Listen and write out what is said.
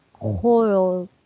horror